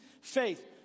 faith